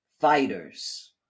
fighters